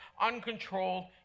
uncontrolled